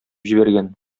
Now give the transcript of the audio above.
җибәргән